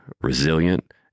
resilient